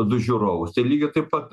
du žiūrovus tai lygiai taip pat